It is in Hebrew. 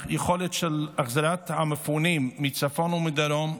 היכולת של החזרת המפונים מצפון ומדרום,